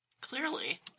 Clearly